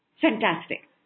Fantastic